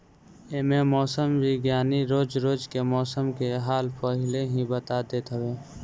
एमे मौसम विज्ञानी रोज रोज के मौसम के हाल पहिले ही बता देत हवे